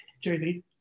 Jersey